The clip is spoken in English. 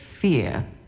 fear